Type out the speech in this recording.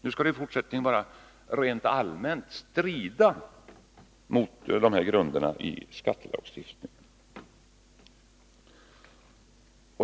I fortsättningen skall åtgärderna bara rent allmänt strida mot grunderna i skattelagstiftningen.